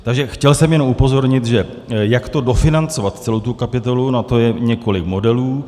Takže chtěl jsem jenom upozornit, že jak to dofinancovat, celou tu kapitolu, na to je několik modelů.